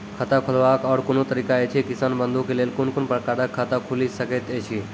खाता खोलवाक आर कूनू तरीका ऐछि, किसान बंधु के लेल कून कून प्रकारक खाता खूलि सकैत ऐछि?